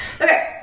Okay